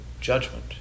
judgment